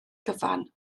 gyfan